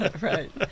right